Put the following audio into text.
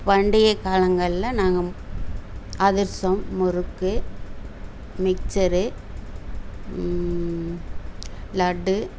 பண்டிகை காலங்களில் நாங்கள் அதிரசம் முறுக்கு மிக்ச்சரு லட்டு